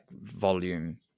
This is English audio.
volume